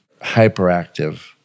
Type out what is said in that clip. hyperactive